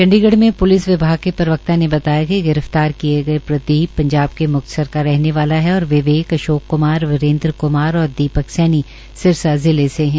चंडीगढ में प्लिस विभाग के प्रवकता ने बताया िक गिरफ्तार किये गये प्रदीप पंजाब के मुक्तसर का रहने वाला है और विवके अशोक कुमार वीरेन्द्र क्मार और दीपक सिरसा जिले से है